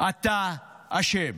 אתה אשם.